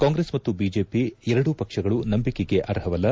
ಕಾಂಗ್ರೆಸ್ ಮತ್ತು ಬಿಜೆಪಿ ಎರಡೂ ಪಕ್ಷಗಳು ನಂಬಿಕೆಗೆ ಅರ್ಹವಲ್ಲ